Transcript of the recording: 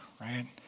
right